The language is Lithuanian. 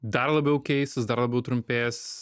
dar labiau keisis dar labiau trumpės